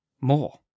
more